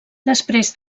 després